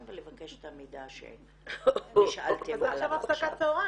ולבקש את המידע שאני שאלתי עליו עכשיו.